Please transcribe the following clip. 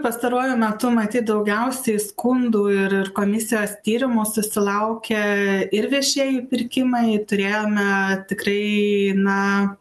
pastaruoju metu matyt daugiausiai skundų ir ir komisijos tyrimų susilaukė ir viešieji pirkimai turėjome tikrai na